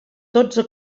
dotze